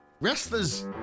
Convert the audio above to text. wrestlers